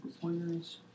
Pointers